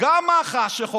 בערך גם מח"ש, שחוקרת,